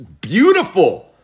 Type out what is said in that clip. beautiful